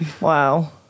Wow